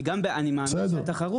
אני מאמין שזה חלק מתחרות.